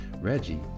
Reggie